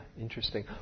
interesting